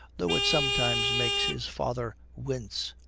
though it sometimes makes his father wince.